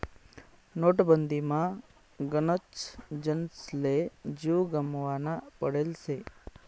नोटबंदीमा गनच जनसले जीव गमावना पडेल शे